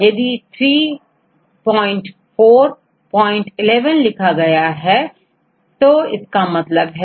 यदि3411 लिखा हो तो इसका मतलब है